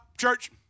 church